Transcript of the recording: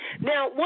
Now